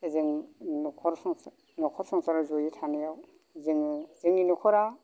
ओजों नखर संसार नखर संसाराव जयै थानायाव जोङो जोंनि नखरा